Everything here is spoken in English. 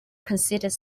considered